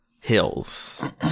hills